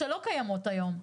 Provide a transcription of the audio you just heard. שלא קיימות היום,